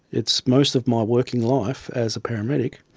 it's most of my working life as a paramedic.